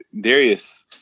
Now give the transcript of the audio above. Darius